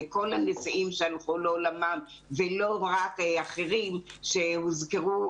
לכל הנשיאים שהלכו לעולמם ולא רק אחרים שהוזכרו,